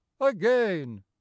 again